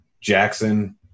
Jackson